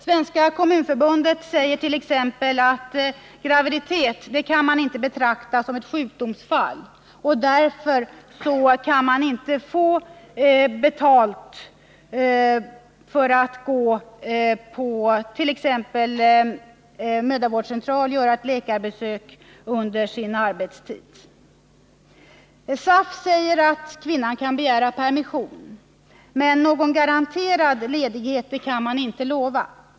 Svenska kommunförbundet säger t.ex. att graviditet inte kan betraktas som ett sjukdomsfall, och därför kan betald ledighet inte beviljas för 135 t.ex. läkarbesök eller besök på mödravårdscentral. SAF säger att kvinnan kan begära permission. Men någon ledighet kan man inte garantera.